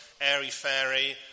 airy-fairy